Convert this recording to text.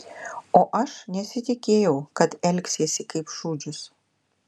o aš nesitikėjau kad elgsiesi kaip šūdžius